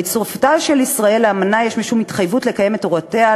בהצטרפותה של ישראל לאמנה יש משום התחייבות לקיים את הוראותיה,